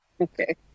Okay